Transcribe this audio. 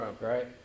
Right